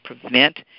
prevent